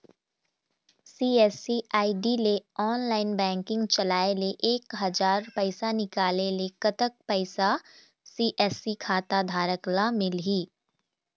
CSC ID ले online banking चलाए ले एक हजार पैसा निकाले ले कतक पैसा सी.एस.सी खाता धारक ला मिलही?